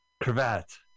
Cravat